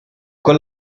con